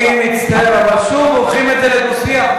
אני מצטער אבל שוב הופכים את זה לדו-שיח,